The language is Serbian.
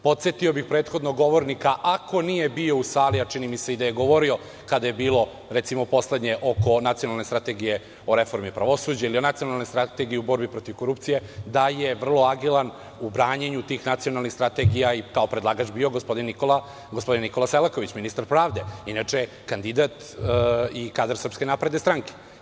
Podsetio bih prethodnog govornika, ako nije bio u sali, a čini mi se da je i govorio kada je bilo, recimo poslednje oko nacionalne strategije o reformi pravosuđa ili Nacionalne strategije o borbi protiv korupcije, daje vrlo agilan u branjenju tih nacionalnih strategija i kao predlagač bio gospodin Nikola Selaković, ministar pravde, inače kandidat i kadar Srpske napredne stranke.